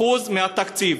מהתקציב.